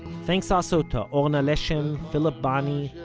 thanks also to orna leshem, philip bonny,